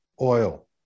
oil